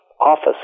office